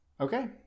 Okay